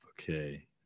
Okay